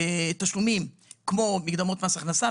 תשלומים כמו מקדמות מס הכנסה,